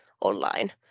online